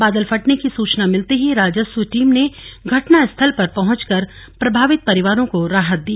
बादल फटने की सचना मिलते ही राजस्व टीम ने घटना स्थल पर पहंचकर प्रभावित परिवारों को राहत दी